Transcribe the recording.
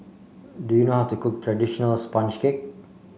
do you know how to cook traditional sponge cake